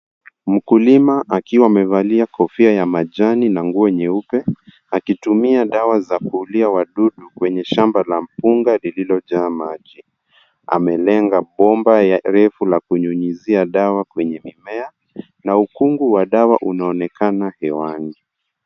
Mkulima akiwa amevalia kofia ya majani na nguo nyeupe akitumia dawa za kuulia wadudu kwenye shamba la mpunga lililojaa maji. Amelenga bomba refu la kunyunyuzia dawa kwenye mimea na ukungu wa dawa unaonekana hewani.